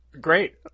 Great